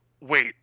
wait